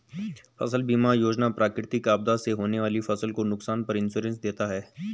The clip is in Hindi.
फसल बीमा योजना प्राकृतिक आपदा से होने वाली फसल के नुकसान पर इंश्योरेंस देता है